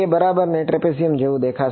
તે બરાબર ને ટ્રેપેઝિયમ જેવું દેખાશે